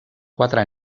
quatre